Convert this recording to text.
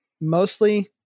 mostly